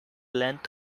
length